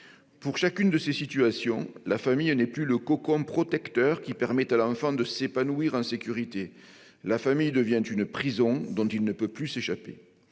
Dans chacune de ces situations, la famille n'est plus le cocon protecteur qui permet à l'enfant de s'épanouir en sécurité ; la famille devient une prison dont il ne peut plus s'échapper.